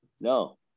No